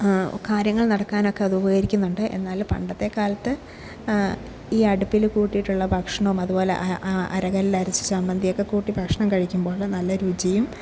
കാര്യങ്ങൾ നടക്കാനൊക്കെ അത് ഉപകരിക്കുന്നുണ്ട് എന്നാലും പണ്ടത്തെക്കാലത്ത് ഈ അടുപ്പിൽ കൂട്ടിയിട്ടുള്ള ഭക്ഷണവും അതുപോലെ അരകല്ലില് അരച്ച ചമ്മന്തിയുമൊക്കെ കൂട്ടി ഭക്ഷണം കഴിക്കുമ്പോൾ നല്ല രുചിയും